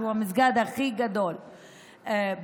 שהוא המסגד הכי גדול בארץ.